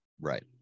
right